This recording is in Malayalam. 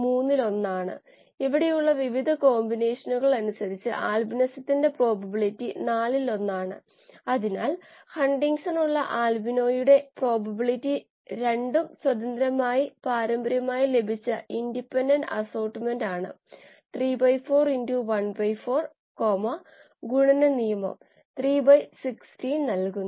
മുകളിലുള്ള സമവാക്യം പുനക്രമീകരിക്കുന്നു b 14 Γs yx Γx yp Γp 4b Γs yx Γx Γsyp Γp Γs 1 ε η ζ 1 നമുക്കറിയാം ഇലക്ട്രോണുകൾ സംരക്ഷിക്കപ്പെടുന്നു ശരിയല്ലേ